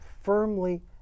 firmly